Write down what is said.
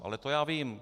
Ale to já vím.